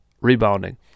rebounding